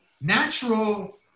natural